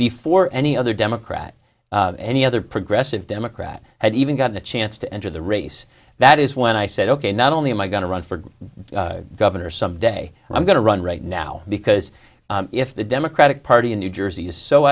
before any other democrat any other progressive democrat had even gotten a chance to enter the race that is when i said ok not only am i going to run for governor someday i'm going to run right now because if the democratic party in new jersey is so